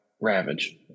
ravage